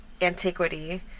antiquity